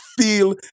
feel